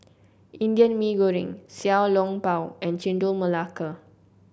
Indian Mee Goreng Xiao Long Bao and Chendol Melaka